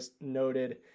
noted